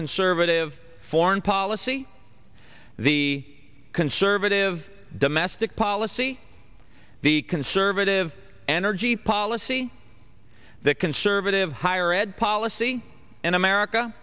conservative foreign policy the conservative domestic policy the conservative energy policy that conservative higher ed policy in america